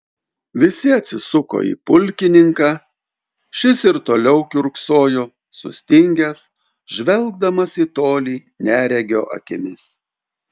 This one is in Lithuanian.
visi atsisuko į pulkininką šis ir toliau kiurksojo sustingęs žvelgdamas į tolį neregio akimis